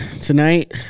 Tonight